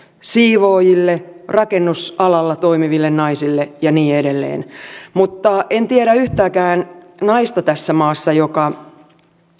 siivoojille rakennusalalla toimiville naisille ja niin edelleen en tiedä yhtäkään naista tässä maassa joka